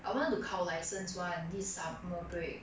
I wanted to 考 license [one] this summer break